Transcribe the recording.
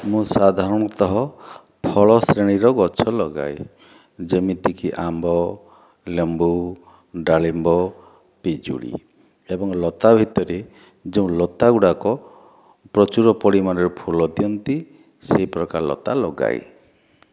ମୁଁ ସାଧାରଣତଃ ଫଳ ଶ୍ରେଣୀର ଗଛ ଲଗାଏ ଯେମିତିକି ଆମ୍ବ ଲେମ୍ବୁ ଡାଳିମ୍ବ ପିଜୁଳି ଏବଂ ଲତା ଭିତରେ ଯେଉଁ ଲତାଗୁଡ଼ିକ ପ୍ରଚୁର ପରିମାଣରେ ଫୁଲ ଦିଅନ୍ତି ସେଇ ପ୍ରକାର ଲତା ଲଗାଏ